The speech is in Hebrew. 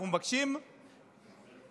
אנחנו מבקשים לפקח